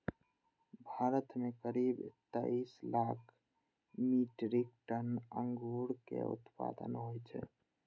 भारत मे करीब तेइस लाख मीट्रिक टन अंगूरक उत्पादन होइ छै